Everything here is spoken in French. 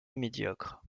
médiocre